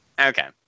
Okay